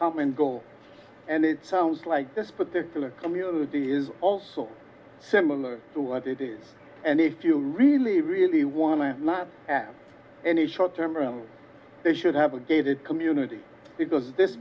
common goal and it sounds like this particular community is also similar to what it is and if you really really want to have any short term room they should have a gated community because this